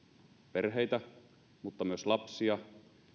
perheitä mutta myös lapsia